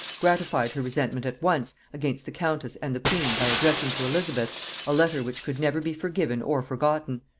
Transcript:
gratified her resentment at once against the countess and the queen by addressing to elizabeth a letter which could never be forgiven or forgotten.